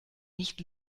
nicht